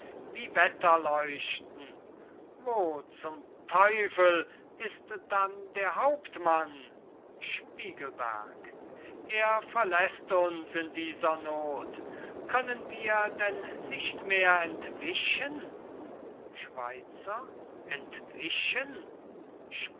wie wetterleuchten wo zum teufel ist dann der hauptmann spiegelberg er verläßt uns in dieser noth können wir denn nicht mehr entwischen schweizer entwischen